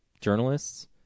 journalists